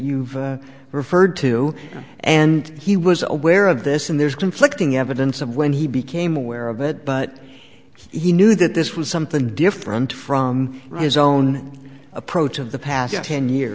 you've referred to and he was aware of this and there's conflicting evidence of when he became aware of it but he knew that this was something different from his own approach of the past ten years